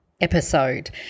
episode